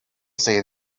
say